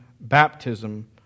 baptism